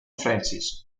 frances